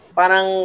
parang